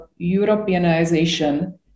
Europeanization